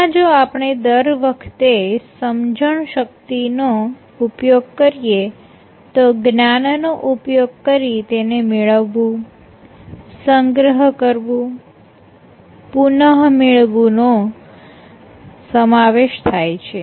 તેમાં જો આપણે દર વખતે સમજણ શક્તિનો ઉપયોગ કરીએ તો જ્ઞાન નો ઉપયોગ કરી તેને મેળવવું સંગ્રહ કરવું પુનઃ મેળવવું નો સમાવેશ થાય છે